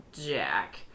Jack